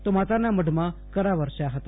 તો માતાના મઢમાં કરા વરસ્યાં ફતા